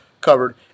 covered